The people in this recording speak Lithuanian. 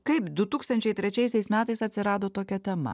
kaip du tūkstančiai trečiaisiais metais atsirado tokia tema